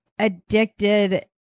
Addicted